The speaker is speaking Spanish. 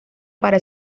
para